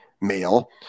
male